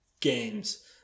games